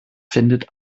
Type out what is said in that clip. findet